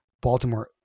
Baltimore